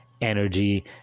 energy